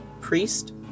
Priest